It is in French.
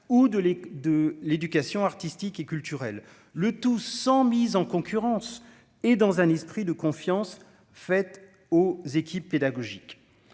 de l'éducation artistique et culturelle, le tout sans mise en concurrence et dans un esprit de confiance faite aux équipes pédagogiques